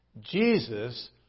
Jesus